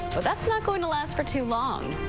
but that's not going to last for too long.